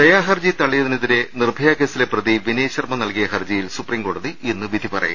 ദയാഹർജി തള്ളിയതിനെതിരെ നിർഭയ കേസിലെ പ്രതി വിനയ് ശർമ നൽകിയ ഹർജിയിൽ സുപ്രീം കോടതി ഇന്ന് വിധി പറയും